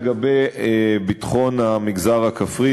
אני לא יכול להיות פה על הדוכן בלי להשתתף ולהביע את צערי,